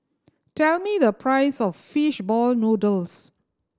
tell me the price of fish ball noodles